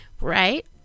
Right